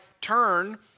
turn